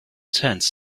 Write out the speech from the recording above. tents